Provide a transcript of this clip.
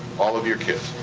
all of your kids.